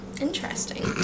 interesting